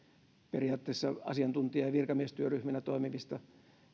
periaatteessa asiantuntija ja virkamiestyöryhminä toimivilta